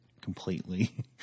completely